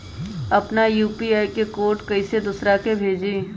अपना यू.पी.आई के कोड कईसे दूसरा के भेजी?